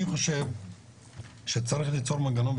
אני חושב שצריך ליצור מנגנון,